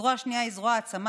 הזרוע השנייה היא זרוע העצמה,